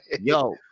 Yo